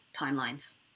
timelines